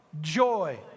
joy